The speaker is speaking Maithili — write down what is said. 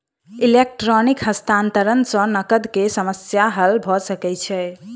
इलेक्ट्रॉनिक हस्तांतरण सॅ नकद के समस्या हल भ सकै छै